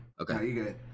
Okay